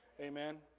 Amen